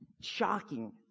shocking